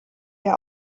der